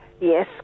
Yes